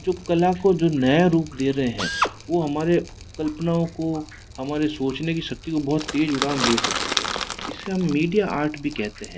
कला को जो नया रूप दे रहे हैं वो हमारे कल्पनाओं को हमारे सोचने की शक्ति को बहुत तेज उड़ान दे सकती है इसे हम मीडिया आर्ट भी कहते हैं